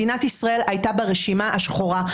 מדינת ישראל הייתה ברשימה השחורה,